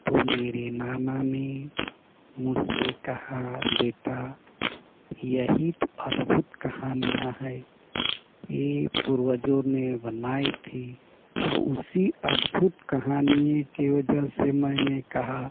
तो मेरे नाना ने मुझसे कहा बेटा यही तो अद्भुत कहानियाँ है ये पूर्वजो ने बनाए थे इसी अद्भुत कहानियों की वजह से मैंने कहा